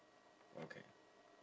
okay